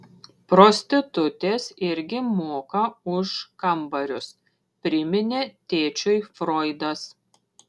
prostitutės irgi moka už kambarius priminė tėčiui froidas